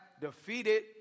defeated